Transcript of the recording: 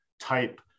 type